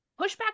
pushback